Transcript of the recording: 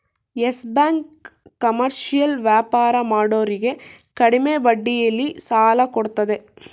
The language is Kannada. ಯಸ್ ಬ್ಯಾಂಕ್ ಕಮರ್ಷಿಯಲ್ ವ್ಯಾಪಾರ ಮಾಡೋರಿಗೆ ಕಡಿಮೆ ಬಡ್ಡಿಯಲ್ಲಿ ಸಾಲ ಕೊಡತ್ತದೆ